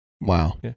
wow